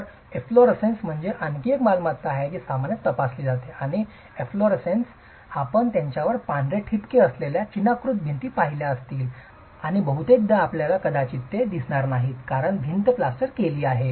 तर एफलोररेसेन्स म्हणजे आणखी एक मालमत्ता आहे जी सामान्यतः तपासली जाते आणि एफलोररेसेन्स आपण त्यांच्यावर पांढरे ठिपके असलेल्या चिनाकृती भिंती पाहिल्या असतील आणि बहुतेकदा आपल्याला कदाचित ते दिसणार नाही कारण भिंत प्लास्टर केलेली आहे